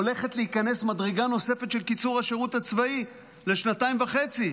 הולכת להיכנס מדרגה נוספת של קיצור השירות הצבאי לשנתיים וחצי.